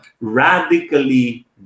radically